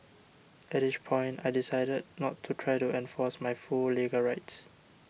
at each point I decided not to try to enforce my full legal rights